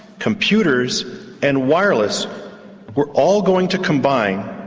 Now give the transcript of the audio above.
computers and wireless were all going to combine,